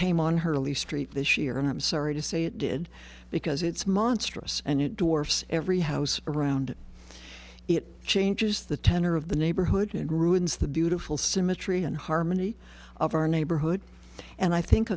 came on her early street this year and i'm sorry to say it did because it's monstrous and it dorce every house around it changes the tenor of the neighborhood and ruins the beautiful symmetry and harmony of our neighborhood and i think